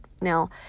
Now